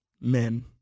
men